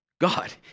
God